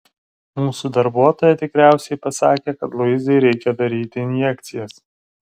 mūsų darbuotoja tikriausiai pasakė kad luizai reikia daryti injekcijas